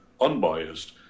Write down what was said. unbiased